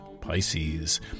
Pisces